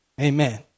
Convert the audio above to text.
Amen